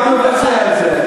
גם מבצע את זה,